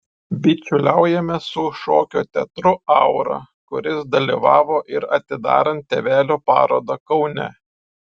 bičiuliaujamės su šokio teatru aura kuris dalyvavo ir atidarant tėvelio parodą kaune